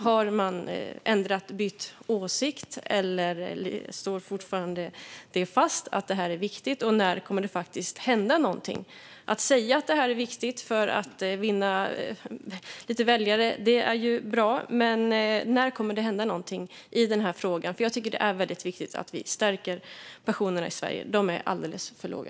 Har man ändrat åsikt, eller står det fortfarande fast att det är viktigt? När kommer det att hända någonting? Att säga att det är viktigt för att vinna lite väljare är ju bra. Men när kommer det att hända någonting i den här frågan? Det är väldigt viktigt att vi stärker pensionerna i Sverige. De är alldeles för låga.